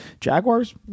Jaguars